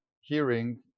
hearing